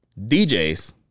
DJs